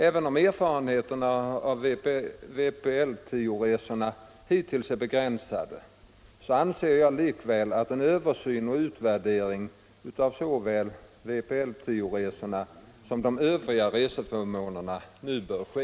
Även om erfarenheterna av vpl 10-resorna hittills är begränsade anser jag likväl att en översyn och utvärdering av såväl vpl 10-resorna som det övriga reseförmånssystemet nu bör ske.